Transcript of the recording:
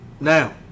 Now